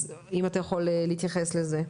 אז אם אתה יכול להתייחס לכך.